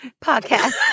podcast